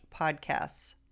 podcasts